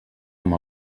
amb